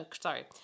Sorry